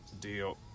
deal